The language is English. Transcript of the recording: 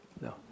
No